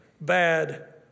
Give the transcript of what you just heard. bad